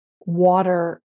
water